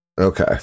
Okay